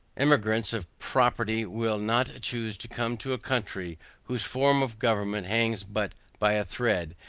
emigrants of property will not choose to come to a country whose form of government hangs but by a thread,